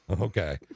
Okay